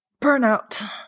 burnout